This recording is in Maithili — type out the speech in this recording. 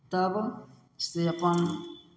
तबसँ अपन